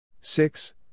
Six